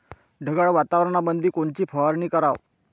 ढगाळ वातावरणामंदी कोनची फवारनी कराव?